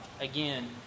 Again